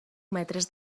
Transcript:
metres